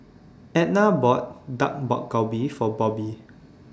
Edna bought Dak Galbi For Bobbi